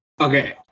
Okay